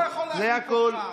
זה הכול.